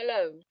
alone